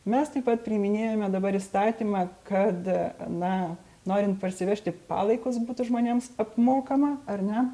mes taip pat priiminėjame dabar įstatymą kad na norint parsivežti palaikus būtų žmonėms apmokama ar ne